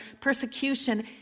persecution